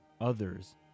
others